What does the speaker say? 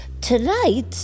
Tonight